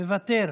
מוותר,